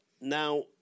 Now